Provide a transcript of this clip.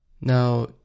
Now